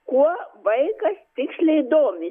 kuo vaikas tiksliai domi